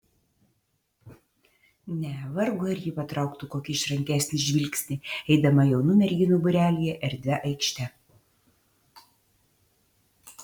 ne vargu ar ji patrauktų kokį išrankesnį žvilgsnį eidama jaunų merginų būrelyje erdvia aikšte